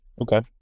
okay